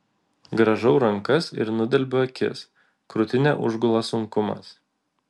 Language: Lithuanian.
grąžau rankas ir nudelbiu akis krūtinę užgula sunkumas